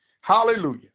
Hallelujah